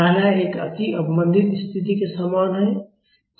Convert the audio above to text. पहला एक अति अवमंदित स्थिति के समान है